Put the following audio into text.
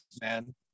man